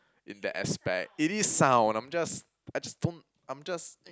in that aspect it is sound I'm just I just don't I'm just